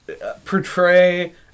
portray